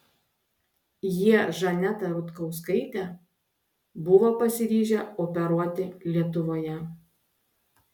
jie žanetą rutkauskaitę buvo pasiryžę operuoti lietuvoje